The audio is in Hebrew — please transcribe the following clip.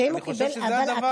אני חושב שזה הדבר